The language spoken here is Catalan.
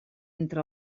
entre